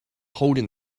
holding